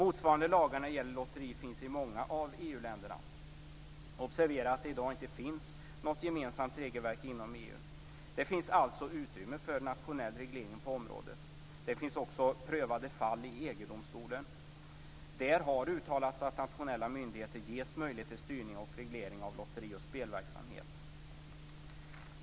Motsvarande lagar när det gäller lotterier finns i många av EU-länderna. Observera att det i dag inte finns något gemensamt regelverk inom EU. Det finns alltså utrymme för nationell reglering på området. Det finns också prövade fall i EG-domstolen. Där har uttalats att nationella myndigheter ges möjlighet till styrning och reglering av lotteri och spelverksamhet.